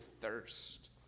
thirst